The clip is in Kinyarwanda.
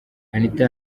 anita